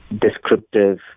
descriptive